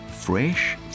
fresh